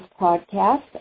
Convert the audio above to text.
podcast